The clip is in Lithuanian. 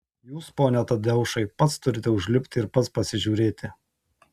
jūs pone tadeušai pats turite užlipti ir pats pasižiūrėti